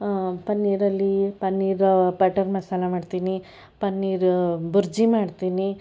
ಪನ್ನೀರಲ್ಲಿ paneer butter masala ಮಾಡ್ತೀನಿ ಪನ್ನೀರ್ ಬುರ್ಜಿ ಮಾಡ್ತೀನಿ